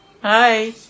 Hi